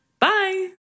Bye